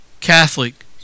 Catholic